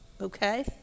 okay